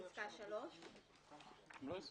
בפסקה (3).